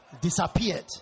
Disappeared